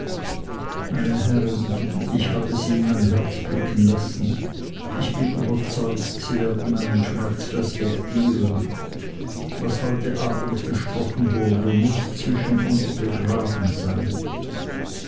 meine herren ich habe sie in mein herz blicken lassen ich bin überzeugt sie werden meinen schmerz respektieren was heute abends gesprochen wurde muß zwischen uns begraben sein